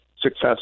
success